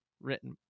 written